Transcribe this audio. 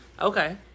Okay